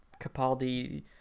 capaldi